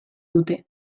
dute